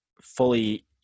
fully